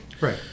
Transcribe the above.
Right